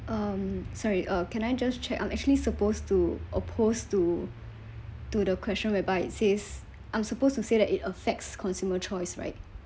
um sorry uh can I just check I'm actually supposed to oppose to to the question whereby it says I'm supposed to say that it affects consumer choice right